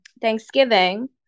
Thanksgiving